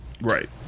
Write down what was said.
Right